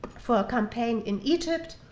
for a campaign in egypt.